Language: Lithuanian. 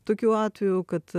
tokių atvejų kad